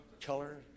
color